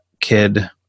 kid